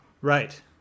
Right